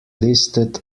listed